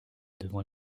devant